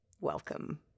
Welcome